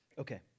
Okay